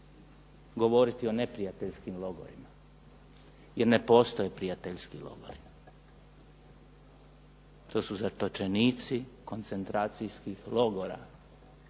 govoriti o neprijateljskim logorima jer ne postoje prijateljski logori. To su zatočenici koncentracijskih logora.